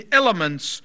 elements